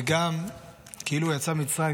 וגם "כאילו הוא יצא ממצרים",